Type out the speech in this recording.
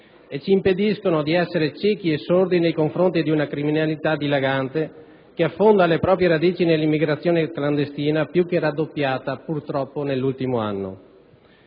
e ci impediscono di essere ciechi e sordi nei confronti di una criminalità dilagante che affonda le proprie radici nell'immigrazione clandestina, purtroppo più che raddoppiata nell'ultimo anno.